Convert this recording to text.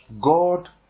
god